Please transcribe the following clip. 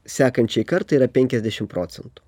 sekančiai kartai yra penkiasdešim procentų